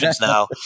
now